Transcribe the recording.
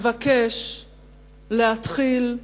מבקש להתחיל,